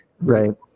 Right